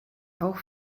auch